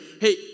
hey